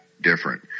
different